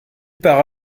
part